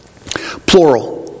Plural